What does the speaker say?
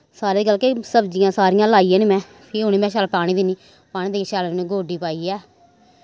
सारें दी गल्ल कि सब्जियां सारियां लाइयै निं में फ्ही उ'नेंगी में शैल पानी दिन्नी पानी देइयै शैल उ'नें गोड्डी पाइयै